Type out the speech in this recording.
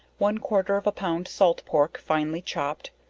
one quarter of a pound salt pork, finely chopped,